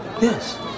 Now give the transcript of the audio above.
Yes